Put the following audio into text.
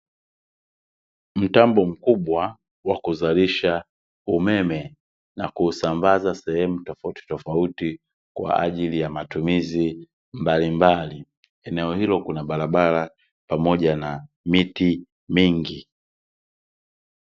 Mtambo mkubwa wa kuzalisha umeme na kuusambaza sehemu tofautitofauti kwa ajili ya matumizi mbalimbali. Eneo hilo kuna barabara pamoja na miti mingi.